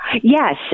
Yes